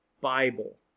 Bible